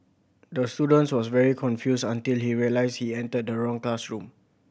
the student was very confused until he realised he entered the wrong classroom